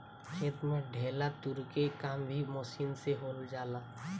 खेत में ढेला तुरे के काम भी मशीन से हो जाला